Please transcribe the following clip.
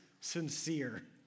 sincere